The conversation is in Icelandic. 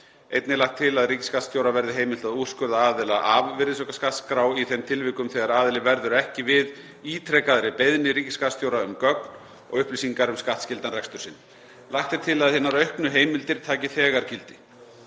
Einnig er lagt til að ríkisskattstjóra verði heimilt að úrskurða aðila af virðisaukaskattsskrá í þeim tilvikum þegar aðili verður ekki við ítrekaðri beiðni ríkisskattstjóra um gögn og upplýsingar um skattskyldan rekstur sinn. Lagt er til að hinar auknu heimildir taki þegar gildi.